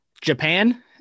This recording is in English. Japan